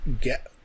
get